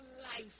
life